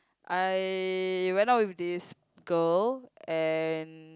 I went out with this girl and